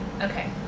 Okay